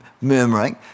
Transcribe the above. murmuring